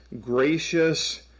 gracious